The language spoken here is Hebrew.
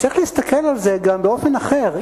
צריך להסתכל על זה גם באופן אחר.